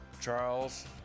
Charles